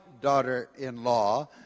daughter-in-law